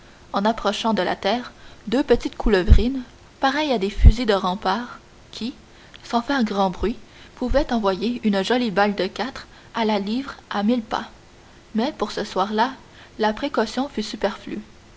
en approchant de la terre deux petites couleuvrines pareilles à des fusils de rempart qui sans faire grand bruit pouvaient envoyer une jolie balle de quatre à la livre à mille pas mais pour ce soir-là la précaution fut superflue